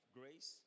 grace